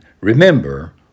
remember